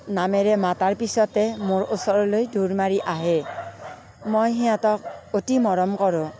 নামেৰে মতাৰ পিছতে মোৰ ওচৰলৈ দৌৰ মাৰি আহে মই সিহঁতক অতি মৰম কৰোঁ